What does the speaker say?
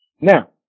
Now